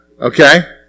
Okay